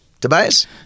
Tobias